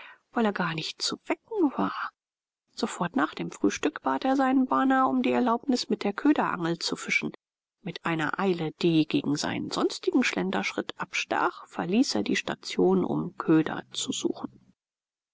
weil er gar nicht zu wecken war sofort nach dem frühstück bat er seinen bana um die erlaubnis mit der köderangel zu fischen mit einer eile die gegen seinen sonstigen schlenderschritt abstach verließ er die station um köder zu suchen